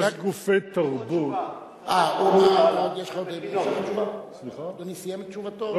אדוני סיים את תשובתו?